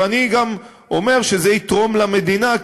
ואני גם אומר שזה יתרום למדינה,